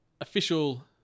official